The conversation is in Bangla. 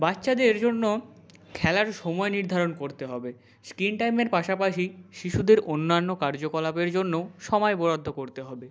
বাচ্চাদের জন্য খেলার সময় নির্ধারণ করতে হবে স্ক্রিন টাইমের পাশাপাশি শিশুদের অন্যান্য কার্যকলাপের জন্যও সময় বরাদ্দ করতে হবে